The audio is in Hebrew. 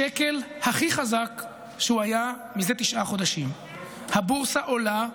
השקל הכי חזק שהיה זה תשעה חודשים, הבורסה עולה.